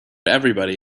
everybody